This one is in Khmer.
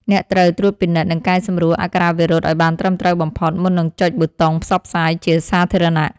អ្នកត្រូវត្រួតពិនិត្យ និងកែសម្រួលអក្ខរាវិរុទ្ធឱ្យបានត្រឹមត្រូវបំផុត មុននឹងចុចប៊ូតុងផ្សព្វផ្សាយជាសាធារណៈ។